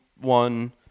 one